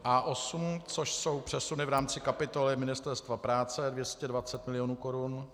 A8, což jsou přesuny v rámci kapitoly Ministerstva práce, 220 milionů korun.